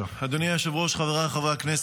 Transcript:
לומר לכם,